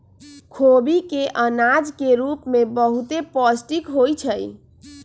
खोबि के अनाज के रूप में बहुते पौष्टिक होइ छइ